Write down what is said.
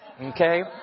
Okay